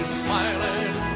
smiling